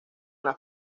las